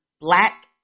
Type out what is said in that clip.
black